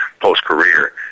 post-career